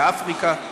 באפריקה,